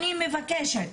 אני מבקשת,